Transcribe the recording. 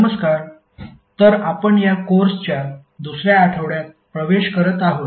नमस्कार तर आपण या कोर्सच्या दुसर्या आठवड्यात प्रवेश करत आहोत